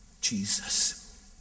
Jesus